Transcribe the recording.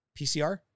PCR